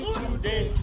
today